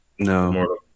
No